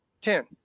ten